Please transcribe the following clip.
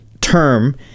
Term